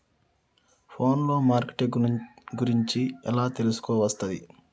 Phone లో marketing గురించి ఎలా తెలుసుకోవస్తది?